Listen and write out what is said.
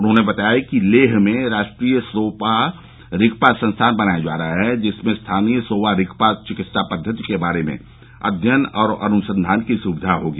उन्होंने बताया कि लेह में राष्ट्रीय सोवा रिगपा संस्थान बनाया जा रहा है जिसमें स्थानीय सोवा रिगपा चिंकित्सा पद्वति के बारे में अध्ययन और अनुसंधान की सुक्विधा होगी